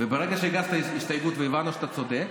וברגע שהגשת הסתייגות והבנו שאתה צודק,